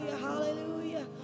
hallelujah